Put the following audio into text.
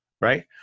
right